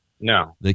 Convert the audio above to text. No